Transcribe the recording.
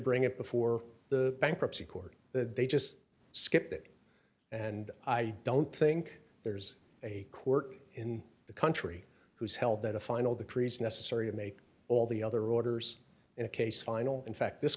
bring it before the bankruptcy court that they just skip that and i don't think there's a court in the country who's held that a final the trees necessary to make all the other orders in a case final in fact this